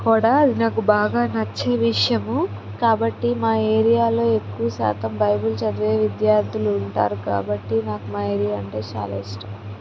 ఇక్కడ నాకు బాగా నచ్చే విషయము కాబట్టి మా ఏరియాలో ఎక్కువ శాతం బైబిల్ చదివే విద్యార్థులు ఉంటారు కాబట్టి నాకు మా ఏరియా అంటే చాలా ఇష్టం